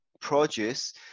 produce